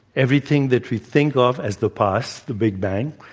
everything that we think of as the past, the big bang,